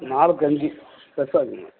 நாலுக்கு அஞ்சு பெருசாக இருக்கணும்